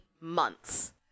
months